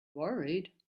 worried